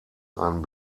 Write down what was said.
einen